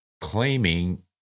claiming